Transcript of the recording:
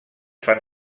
fan